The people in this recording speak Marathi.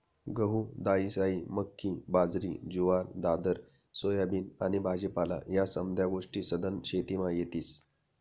गहू, दायीसायी, मक्की, बाजरी, जुवार, दादर, सोयाबीन आनी भाजीपाला ह्या समद्या गोष्टी सधन शेतीमा येतीस